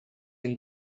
and